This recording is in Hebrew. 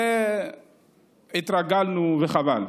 התרגלנו, וחבל.